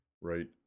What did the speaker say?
right